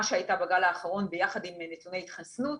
שהייתה בגל האחרון ביחד עם נתוני התחסנות,